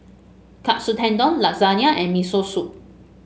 Katsu Tendon Lasagna and Miso Soup